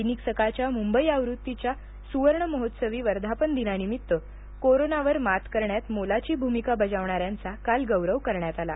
दैनिक सकाळच्या मुंबई आवृत्तीच्या सूवर्ण महोत्सवी वर्धापन दिनानिमित्त कोरोनावर मात करण्यात मोलाची भूमिका बजावणाऱ्यांचा काल गौरव करण्यात आला